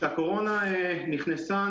הקורונה נכנסה,